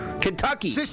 Kentucky